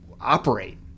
operate